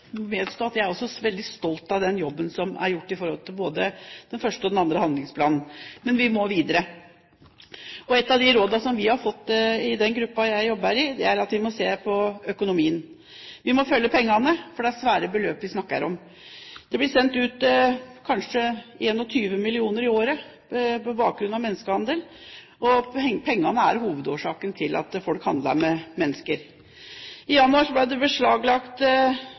vedgå at også jeg er veldig stolt av den jobben som er gjort, i forhold til både den første og den andre handlingsplanen. Men vi må videre. Ett av de rådene som vi har fått i den gruppen jeg jobber i, er at vi må se på økonomien. Vi må følge pengene, for det er svære beløp vi snakker om. Det blir sendt ut kanskje 21 mill. kr i året som har sin bakgrunn i menneskehandel. Pengene er hovedårsaken til at folk handler med mennesker. I januar ble det beslaglagt